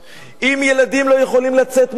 אם ילדים לא יכולים לצאת מהבית,